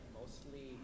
mostly